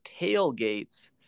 tailgates